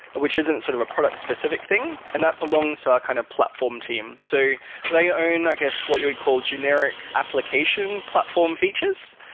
which isn't sort of a product specific thing, and that belongs to our kind of platform team. so they own i guess what you would call generic application platform features.